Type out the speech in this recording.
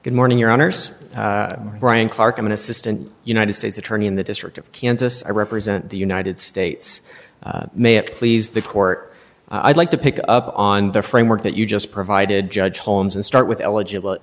good morning your owners brian clark i'm an assistant united states attorney in the district of kansas i represent the united states may it please the court i'd like to pick up on the framework that you just provided judge holmes and start with eligible